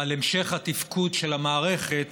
על המשך התפקוד של המערכת